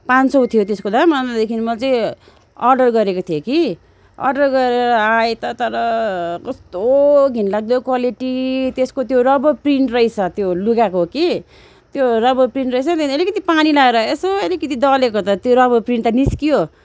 पाँच सय थियो त्यसको दाम अन्तदेखि मैले चाहिँ अर्डर गरेको थिएँ कि अर्डर गरेर आएँ त तर कस्तो घिनलाग्दो क्वालिटी त्यसको त्यो रबर प्रिन्ट रहेछ त्यो लुगाको कि त्यो रबर प्रिन्ट रहेछ त्यहाँदेखि अलिकति पानी लाएर यसो अलिकति दलेको त त्यो रबर प्रिन्ट त निस्क्यो